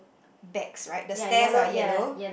backs right the stairs are yellow